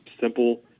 simple